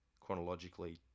chronologically